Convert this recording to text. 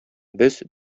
без